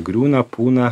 griūna pūna